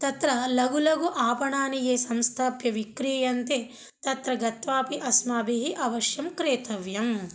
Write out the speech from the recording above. तत्र लघु लघु आपणानि ये संस्थाप्य विक्रीयन्ते तत्र गत्वापि अस्माभिः अवश्यं क्रेतव्यम्